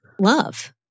love